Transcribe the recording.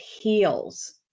heals